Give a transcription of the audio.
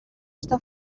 està